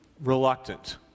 reluctant